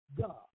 God